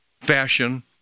fashion